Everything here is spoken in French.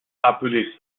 appelée